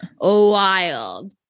wild